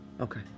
Okay